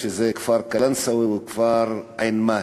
כפר קלנסואה וכפר עין-מאהל,